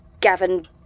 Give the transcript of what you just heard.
Gavin